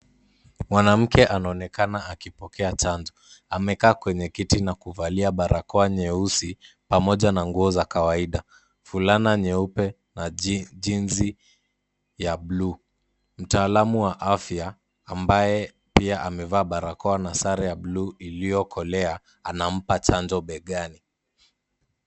Mwanamke anonekana akipokea chanjo. Amekaa kwenye kiti na kuvalia barakoa nyeusi pamoja na nguo za kawaida, fulana nyeupe na jeansi ya bluu. Mtaalamu wa afya ambaye pia amevaa barakoa na sare ya bluu iliyokolea anampa chanjo begani.